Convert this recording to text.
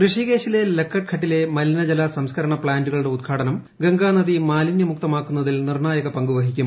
ഋഷികേശിലെ ലക്കാഡ്ഘട്ടിലെ മലിനജല സംസ്കരണ പ്താന്റുകളുടെ ഉദ്ഘാടനം ഗംഗാ നദി മാലിനൃമുക്തമാക്കുന്നതിൽ നിർണായക പങ്ക് വഹിക്കും